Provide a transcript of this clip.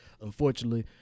Unfortunately